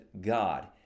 God